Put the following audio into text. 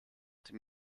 dem